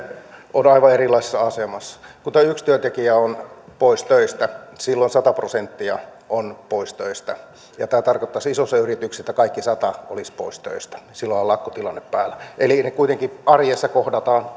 ovat aivan erilaisessa asemassa kun tuo yksi työntekijä on pois töistä silloin sata prosenttia on pois töistä ja tämä tarkoittaisi isossa yrityksessä että kaikki sata olisivat pois töistä silloinhan on lakkotilanne päällä eli kuitenkin arjessa kohdataan